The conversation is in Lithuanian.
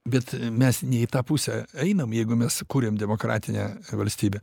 bet mes ne į tą pusę einam jeigu mes sukūriam demokratinę valstybę